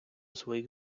своїх